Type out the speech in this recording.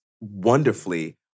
wonderfully